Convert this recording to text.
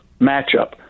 matchup